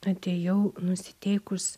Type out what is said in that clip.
atėjau nusiteikus